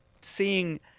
seeing